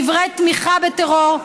דברי תמיכה בטרור,